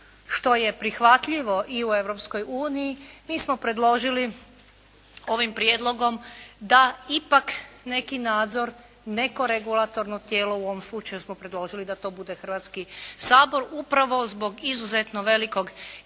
što je prihvatljivo i u Europskoj uniji, mi smo predložili ovim prijedlogom da ipak neki nadzor, neko regulatorno tijelo u ovom slučaju smo predložili da to bude Hrvatski sabor, upravo zbog izuzetno velikog